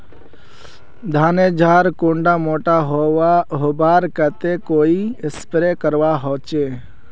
धानेर झार कुंडा मोटा होबार केते कोई स्प्रे करवा होचए?